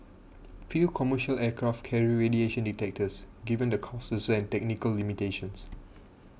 few commercial aircraft carry radiation detectors given the costs and technical limitations